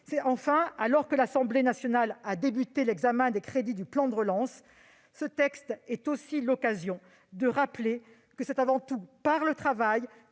Enfin, alors que l'Assemblée nationale a commencé l'examen des crédits du plan de relance, la discussion de ce texte est aussi l'occasion de rappeler que c'est avant tout par le travail